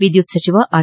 ವಿದ್ಯುತ್ ಸಚಿವ ಆರ್